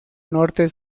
norte